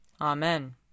Amen